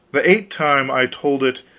the eight time i told it,